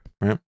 right